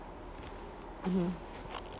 mmhmm